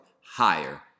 higher